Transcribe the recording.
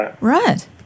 Right